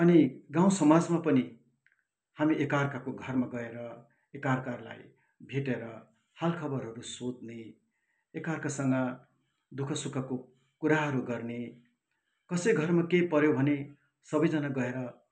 अनि गाउँसमाजमा पनि हामी एकअर्काको घरमा गएर एकअर्कालाई भेटेर हालखबरहरू सोध्ने एकअर्कासँग दु ख सुखको कुराहरू गर्ने कसै घरमा केही पऱ्यो भने सबैजना गएर